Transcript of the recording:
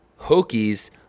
hokies